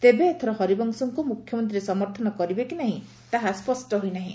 ତେବେ ଏଥର ହରିବଂଶଙ୍କୁ ମୁଖ୍ୟମନ୍ତୀ ସମର୍ଥନ କରିବେ କି ନାହିଁ ତାହା ସ୍ୱଷ୍ଟ ହୋଇ ନାହିଁ